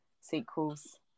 sequels